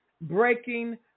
breaking